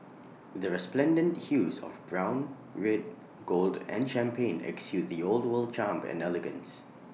the resplendent hues of brown red gold and champagne exude the old world charm and elegance